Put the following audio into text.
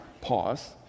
pause